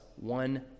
one